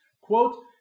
quote